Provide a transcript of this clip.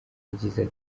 yagize